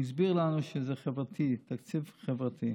הוא הסביר לנו שזה תקציב חברתי.